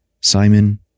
Simon